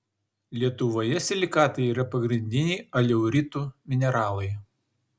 lietuvoje silikatai yra pagrindiniai aleuritų mineralai